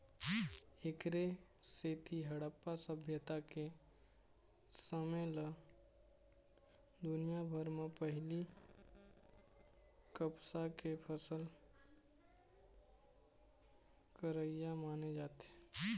एखरे सेती हड़प्पा सभ्यता के समे ल दुनिया भर म पहिली कपसा के फसल करइया माने जाथे